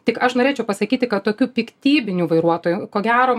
tik aš norėčiau pasakyti kad tokių piktybinių vairuotojų ko gero